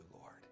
Lord